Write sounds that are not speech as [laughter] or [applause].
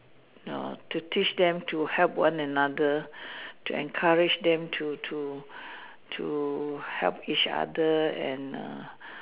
[noise] to teach them to help one another to encourage them to to to help each other and err